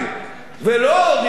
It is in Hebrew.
ולא הורידו לה,